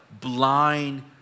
blind